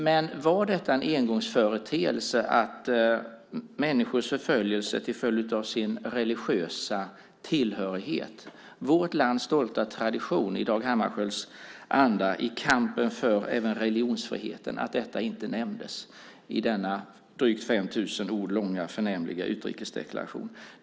Men var det en engångsföreteelse att människors förföljelse till följd av religiös tillhörighet och vårt lands stolta tradition i Dag Hammarskjölds anda i kampen för religionsfriheten inte nämndes i den drygt 5 000 ord långa och förnämliga utrikesdeklarationen?